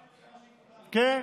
כן.